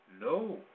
no